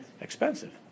expensive